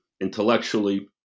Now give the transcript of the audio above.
intellectually